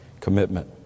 commitment